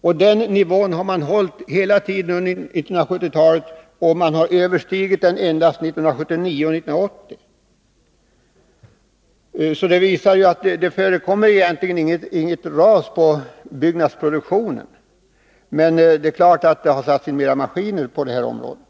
Och den nivån har hållits under 1970-talet, och den har överskridits 1979 och 1980. Det visar att det egentligen inte förekommer Nr 175 något ras beträffande byggnadsproduktionen. Men det är klart att det har Fredagen den satts in mera maskiner på det här området.